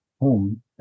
home